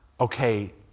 okay